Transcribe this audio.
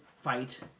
fight